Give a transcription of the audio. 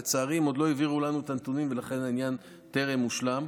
לצערי הם עדיין לא העבירו לנו את הנתונים ולכן העניין טרם הושלם.